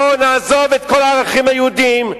בואו נעזוב את כל הערכים היהודיים,